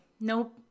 Nope